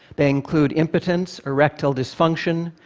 they include impotence, erectile dysfunction,